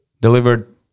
delivered